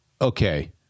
okay